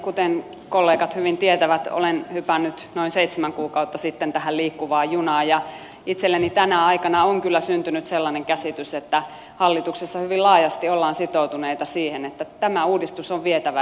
kuten kollegat hyvin tietävät olen hypännyt noin seitsemän kuukautta sitten tähän liikkuvaan junaan ja itselleni tänä aikana on kyllä syntynyt sellainen käsitys että hallituksessa hyvin laajasti ollaan sitoutuneita siihen että tämä uudistus on vietävä eteenpäin